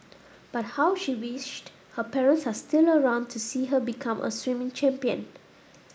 but how she wished her parents are still around to see her become a swimming champion